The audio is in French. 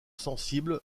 sensible